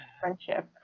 friendship